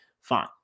fine